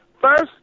first